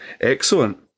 Excellent